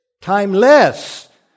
Timeless